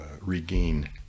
regain